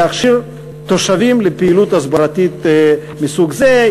להכשיר תושבים לפעילות הסברתית מסוג זה,